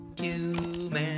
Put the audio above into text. human